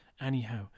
anyhow